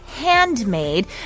handmade